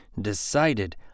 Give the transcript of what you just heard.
decided